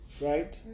right